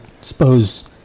suppose